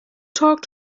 talk